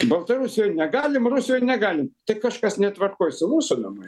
baltarusijoj negalim rusijoj negalim tai kažkas netvarkoj su mūsų namai